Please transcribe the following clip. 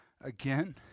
again